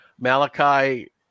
Malachi